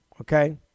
okay